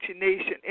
Nation